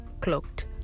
clocked